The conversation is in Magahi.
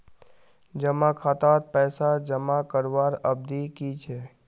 जमा खातात पैसा जमा करवार अवधि की छे?